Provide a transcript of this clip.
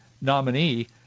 nominee